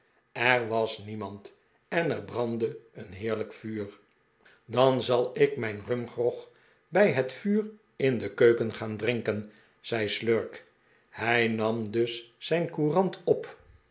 er was niemand en er brandde een heerlijk vuur dan zal ik mijn rumgrog bij het vuur in de keuken gaan drinken zei slurk hij nam dus zijn courant op